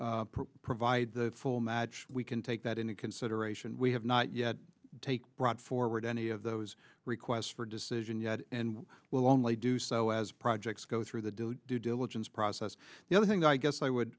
provide the full match we can take that into consideration we have not yet take brought forward any of those requests for decision yet and will only do so as projects go through the due diligence process the other thing that i guess i would